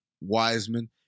Wiseman